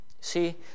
See